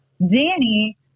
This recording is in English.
Danny